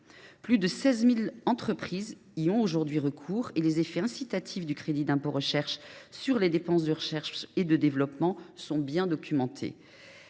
Plus de 16 000 entreprises y ont aujourd’hui recours, et les effets incitatifs du crédit d’impôt recherche sur les dépenses de recherche et développement (R&D) sont bien documentés.